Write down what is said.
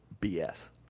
BS